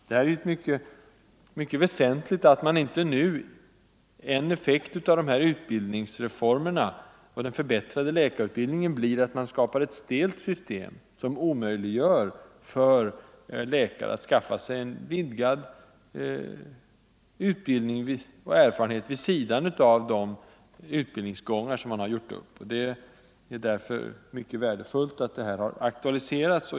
Det är mycket väsentligt att utbildningsreformerna och den förbättrade läkarutbildningen inte får till effekt att man skapar ett stelt system, som omöjliggör för läkarna att skaffa sig vidgad utbildning och erfarenhet vid sidan av de utbildningsgångar som man har gjort upp. Det är värdefullt att detta problem har aktualiserats.